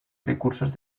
recursos